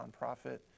nonprofit